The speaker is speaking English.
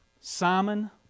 Simon